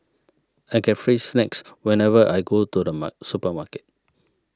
I get free snacks whenever I go to the mark supermarket